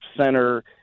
center